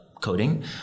coding